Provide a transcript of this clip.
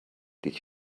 did